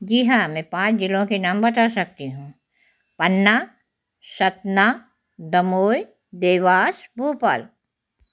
जी हाँ मैं पाँच जिलों के नाम बता सकती हूँ पन्ना सतना दमोई देवास भोपाल